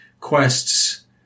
quests